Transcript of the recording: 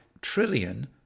trillion